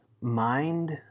mind